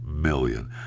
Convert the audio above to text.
million